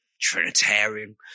Trinitarian